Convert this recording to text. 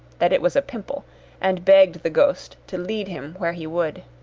that it was a pimple and begged the ghost to lead him where he would.